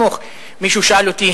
מישהו שאל אותי,